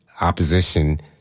opposition